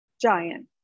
giant